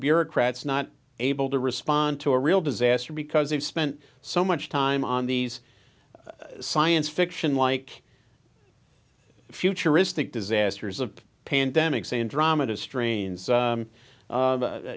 bureaucrats not able to respond to a real disaster because they've spent so much time on these science fiction like futuristic disasters of pandemics andromeda strain